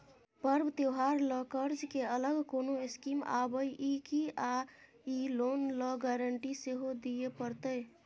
पर्व त्योहार ल कर्ज के अलग कोनो स्कीम आबै इ की आ इ लोन ल गारंटी सेहो दिए परतै?